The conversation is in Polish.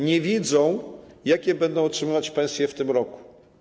Nie wiedzą, jakie będą otrzymywać pensje w tym roku.